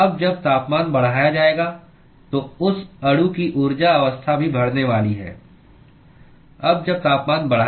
अब जब तापमान बढ़ाया जाएगा तो उस अणु की ऊर्जा अवस्था भी बढ़ने वाली है है ना